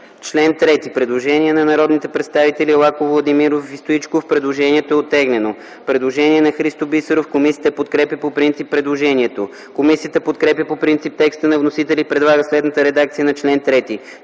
чл. 3 има предложение на народните представители Лаков, Владимиров и Стоичков. Предложението е оттеглено. Предложение на Христо Бисеров. Комисията подкрепя по принцип предложението. Комисията подкрепя по принцип текста на вносителя и предлага следната редакция на чл. 3: